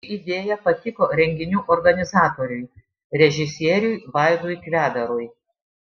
ši idėja patiko renginių organizatoriui režisieriui vaidui kvedarui